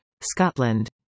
Scotland